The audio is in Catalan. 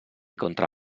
contra